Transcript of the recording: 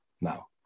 now